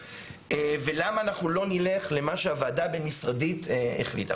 ולמה אנחנו לא נלך למה שהוועדה הבין-משרדית החליטה?